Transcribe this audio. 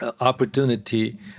opportunity